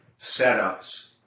setups